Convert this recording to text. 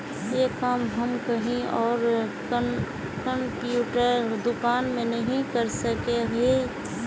ये काम हम कहीं आर कंप्यूटर दुकान में नहीं कर सके हीये?